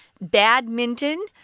badminton